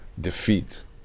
defeat